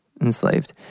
enslaved